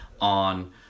on